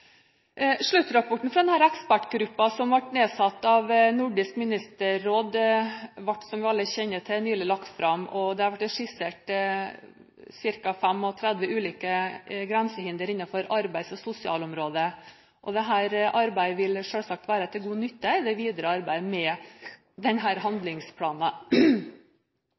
ble nedsatt av Nordisk ministerråd, ble – som vi alle kjenner til – nylig lagt fram. Der blir det skissert ca. 35 ulike grensehindre innenfor arbeids- og sosialområdet. Dette arbeidet vil selvsagt være til god nytte i det videre arbeidet med